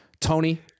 Tony